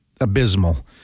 abysmal